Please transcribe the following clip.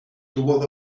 tuvo